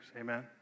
Amen